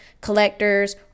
collectors